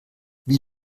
wie